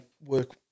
work